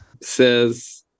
says